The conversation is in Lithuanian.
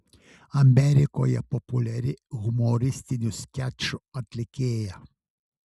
amerikoje populiari humoristinių skečų atlikėja